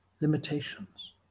limitations